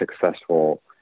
successful